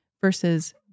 versus